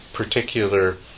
particular